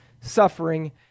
suffering